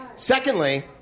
Secondly